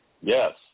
Yes